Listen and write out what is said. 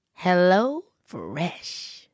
HelloFresh